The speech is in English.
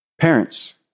parents